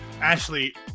Ashley